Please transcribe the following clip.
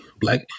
black